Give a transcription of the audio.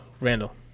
Randall